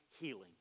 healing